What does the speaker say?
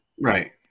Right